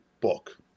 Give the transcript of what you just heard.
book